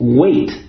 wait